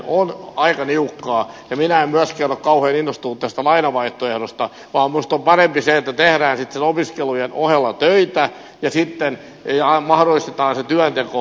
minä en myöskään ole kauhean innostunut tästä lainavaihtoehdosta vaan minusta on parempi se että tehdään sitten opiskelujen ohella töitä ja sitten mahdollistetaan se työnteko nykyistä enemmän